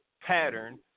pattern